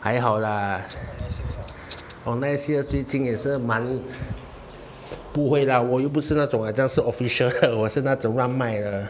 还好啦 online sales 最近也是蛮不会啦我又不是那种好像是 official 的我是那种乱卖的